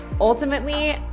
Ultimately